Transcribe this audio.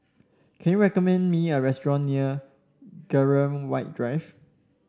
can you recommend me a restaurant near Graham White Drive